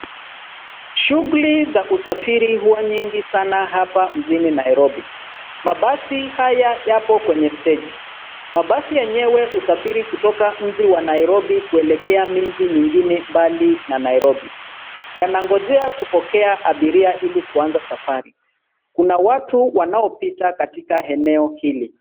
Shughuli za usafiri huwa nyingi sana hapa mjini Nairobi. Mabasi haya yapo kwenye steji. Mabasi yenyewe husafiri kutoka mji wa Nairobi kuelekea miji mingine mbali na Nairobi. Yanangojea kupokea abiria ili kuanza safari. Kuna watu wanaopita katika eneo hili.